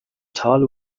tal